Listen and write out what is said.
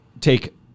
take